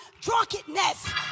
drunkenness